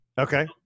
Okay